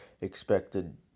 expected